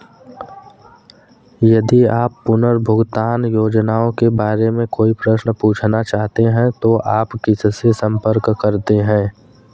यदि आप पुनर्भुगतान योजनाओं के बारे में कोई प्रश्न पूछना चाहते हैं तो आप किससे संपर्क करते हैं?